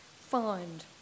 find